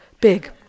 big